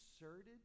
inserted